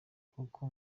kuko